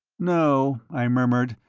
no, i murmured.